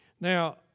Now